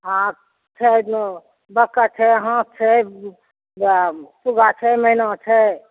हँ छै बतख छै हंस छै शुगा छै मैना